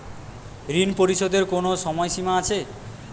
ঋণ পরিশোধের কোনো সময় সীমা আছে?